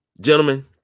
Gentlemen